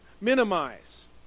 minimize